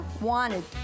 wanted